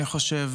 אני חושב,